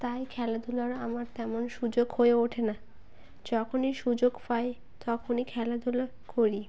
তাই খেলাধূলার আমার তেমন সুযোগ হয়ে ওঠে না যখনই সুযোগ পাই তখনই খেলাধূলা করি